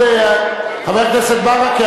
חבר הכנסת ברכה,